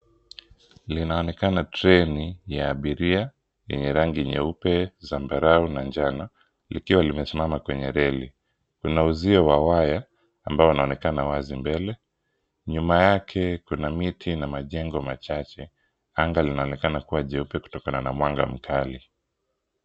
Linaonekana treni ya abiria yenye rangi nyeupe, zambarau na njano, likiwa limesimama kwenye reli. Kuna uzio wa waya ambao unaonekana wazi mbele. Nyuma yake kuna miti na majengo machache. Anga linaonekana kuwa jeupe kutokana na mwanga mkali.